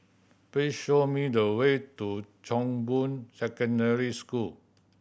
please show me the way to Chong Boon Secondary School